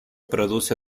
produce